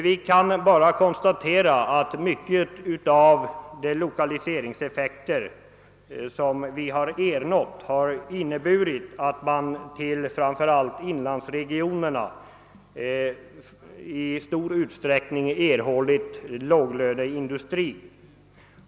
Vi kan bara konstatera att de lokaliseringseffekter, som vi har ernått, till stor del har inneburit att man framför allt i inlandsregionerna i stor utsträckning har fått låglöneindustri.